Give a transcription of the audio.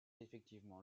effectivement